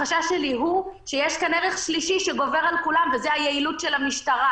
החשש שלי הוא שיש כאן ערך שלישי שגובר על כולם וזה היעילות של המשטרה